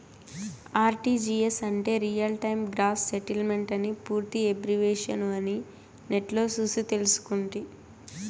RTGS అంటే real time gross సెటిల్మెంటని పూర్తి ఎబ్రివేషను అని నెట్లో సూసి తెల్సుకుంటి